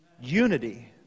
Unity